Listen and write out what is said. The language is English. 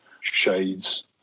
shades